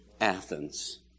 Athens